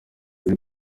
biri